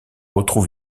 retrouve